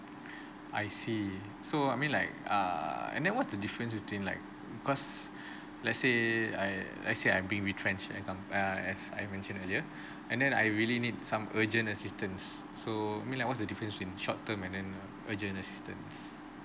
I see so I mean like err and then what's the difference between like cause let's say I let's say I'm being retrench at com~ err as I mentioned earlier and then I really need some urgent assistants so mean like what's the difference in short term and then urgent assistance